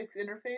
interface